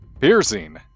Piercing